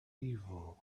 evil